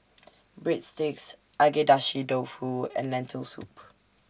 Breadsticks Agedashi Dofu and Lentil Soup